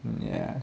ya